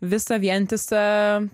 visą vientisą